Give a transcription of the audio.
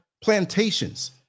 plantations